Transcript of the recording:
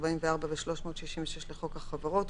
44 ו-366 לחוק החברות,